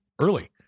early